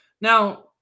Now